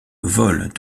vole